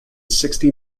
sixty